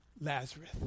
Lazarus